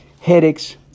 headaches